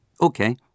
Okay